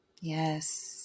Yes